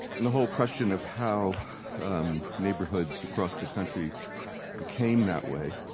and the whole question of how neighborhoods across the country became that way,